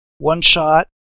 one-shot